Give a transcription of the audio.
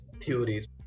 theories